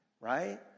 right